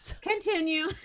Continue